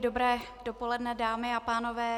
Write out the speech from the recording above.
Dobré dopoledne, dámy a pánové.